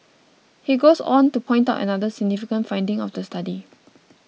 he goes on to point out another significant finding of the study